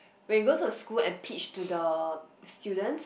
we go to school and pitch to the students